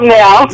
now